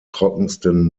trockensten